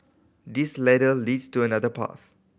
this ladder leads to another path